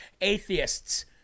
atheists